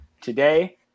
today